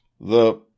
the—